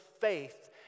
faith